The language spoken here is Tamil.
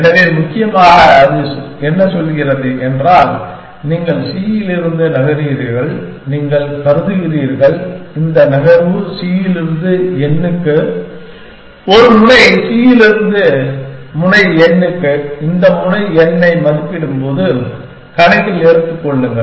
எனவே முக்கியமாக அது என்ன சொல்கிறது என்றால் நீங்கள் c இலிருந்து நகர்கிறீர்கள் நீங்கள் கருதுகிறீர்கள் இந்த நகர்வு c இலிருந்து n க்கு ஒரு முனை c இலிருந்து முனை n க்கு இந்த முனை n ஐ மதிப்பிடும்போது கணக்கில் எடுத்துக்கொள்ளுங்கள்